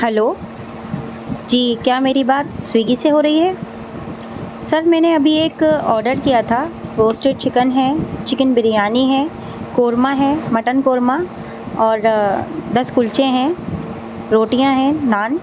hello جی کیا میری بات سویگی سے ہو رہی ہے سر میں نے ابھی ایک آڈر کیا تھا روسٹڈ چکن ہے چکن بریانی ہے قورمہ ہے مٹن قورمہ اور دس کلچے ہیں روٹیاں ہیں نان